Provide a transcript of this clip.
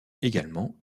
également